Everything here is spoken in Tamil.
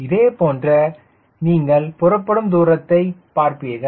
இதே போன்ற நீங்கள் புறப்படும் தூரத்தில் பார்ப்பீர்கள்